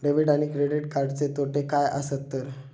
Debit आणि credit कार्डचे तोटे काय आसत तर?